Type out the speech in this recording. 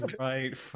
Right